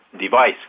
device